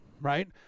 right